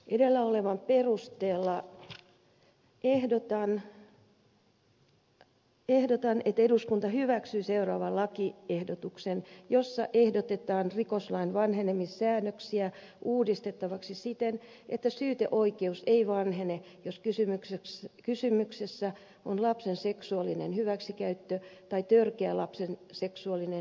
edellä olevan perusteella ehdotan että eduskunta hyväksyy seuraavan lakiehdotuksen jossa ehdotetaan rikoslain vanhenemissäännöksiä uudistettavaksi siten että syyteoikeus ei vanhene jos kysymyksessä on lapsen seksuaalinen hyväksikäyttö tai törkeä lapsen seksuaalinen hyväksikäyttö